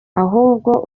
ahubwo